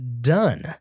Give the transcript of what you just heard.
done